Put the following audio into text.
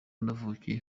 navukiye